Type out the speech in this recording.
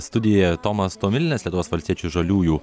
studijoje tomas tomilinas lietuvos valstiečių ir žaliųjų